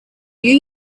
you